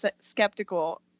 skeptical